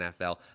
NFL